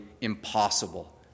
impossible